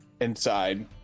inside